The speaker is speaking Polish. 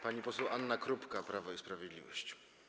Pani poseł Anna Krupka, Prawo i Sprawiedliwość.